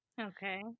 Okay